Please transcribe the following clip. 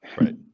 right